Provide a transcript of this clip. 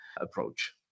approach